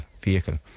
vehicle